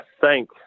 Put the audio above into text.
thank